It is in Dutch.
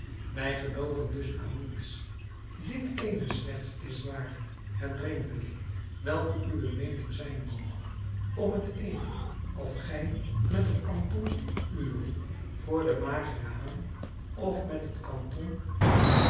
wij gelooven dus aan niets dit ééne slechts is waar het drinken welke uwe meening zijn moge om t even of gij met het kanton uri voor den mageren haan of met het kanton